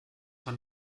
von